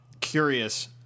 curious